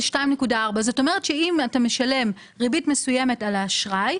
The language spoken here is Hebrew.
זה 2.4. זאת אומרת שאם אתה משלם ריבית מסוימת על האשראי,